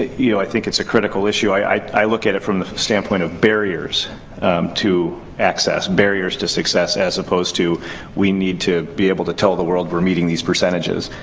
ah i think it's a critical issue. i i look at it from the standpoint of barriers to access. barriers to success as opposed to we need to be able to tell the world we're meeting these percentages.